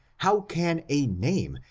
how can a name,